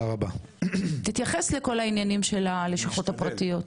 תתייחס לכל העניינים של הלשכות הפרטיות.